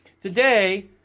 Today